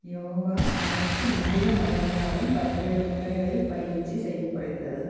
யோகா அனைத்து இந்திய மதங்களாலும் பல்வேறு முறைகளில் பயிற்சி செய்யப்படுகிறது